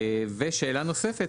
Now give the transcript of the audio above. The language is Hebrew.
ושאלה נוספת,